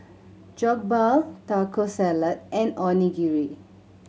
Jokbal Taco Salad and Onigiri